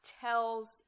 tells